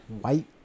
white